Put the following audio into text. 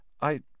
I